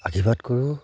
আশীৰ্বাদ কৰোঁ